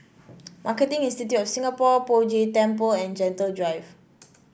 Marketing Institute of Singapore Poh Jay Temple and Gentle Drive